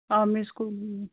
army school